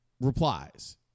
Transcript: replies